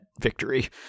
victory